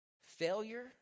failure